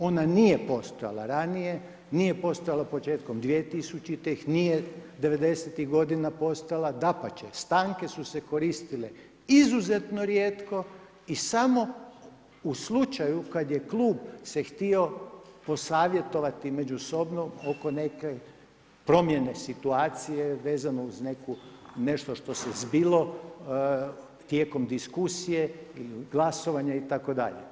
Ona nije postojala ranije, nije postojala početkom 2000. nije '90.-tih g. postala, dapače, stanke su se koristile izuzetno rijetko i samo u slučaju kada je klub se htio posavjetovati među sobom, oko neke promjene situacije, vezano uz neku, nešto što se zbilo tijekom diskusije, glasovanje itd.